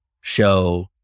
show